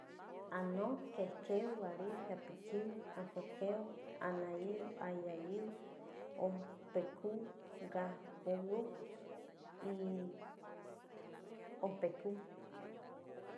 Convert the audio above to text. Ano que queu guari apiquiu akokeu anaiu allayiu peku ga bogugu y opeku